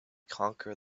conquer